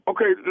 Okay